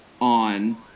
on